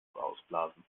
ausblasen